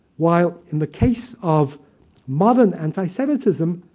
while in the case of modern antisemitism,